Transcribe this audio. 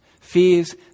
fears